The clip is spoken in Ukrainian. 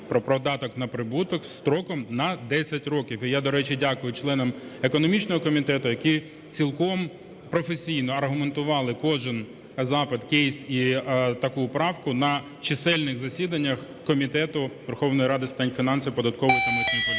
про податок на прибуток строком на 10 років. І я, до речі, дякую членам економічного комітету, які цілком професійно аргументували кожен запит, кейс і таку правку на чисельних засіданнях Комітету Верховної Ради з питань фінансів, податкової та митної політики.